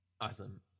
awesome